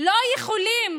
לא יכולים